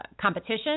competition